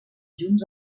junts